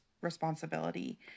responsibility